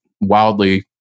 wildly